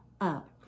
up